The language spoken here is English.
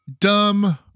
Dumb